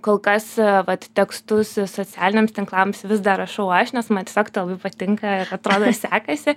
kol kas vat tekstus socialiniams tinklams vis dar rašau aš nes man tiesiog tai labai patinka ir atrodo sekasi